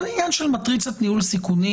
הכול עניין של מטריצת ניהול סיכונים,